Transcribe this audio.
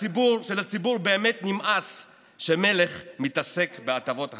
שלציבור באמת נמאס שמלך מתעסק בהטבות המס.